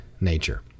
nature